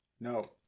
No